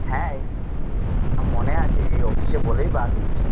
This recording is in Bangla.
হ্যাঁ মনে আছে অফিসে বলেই বার হচ্ছি